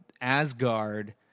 Asgard